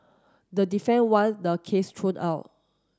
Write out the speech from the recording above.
the defence want the case thrown out